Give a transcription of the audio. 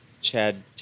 Chad